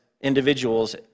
individuals